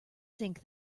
think